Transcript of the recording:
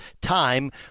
time